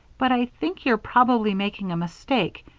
but i think you're probably making a mistake.